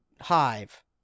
Hive